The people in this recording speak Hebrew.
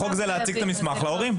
החוק הוא להציג את המסמך להורים.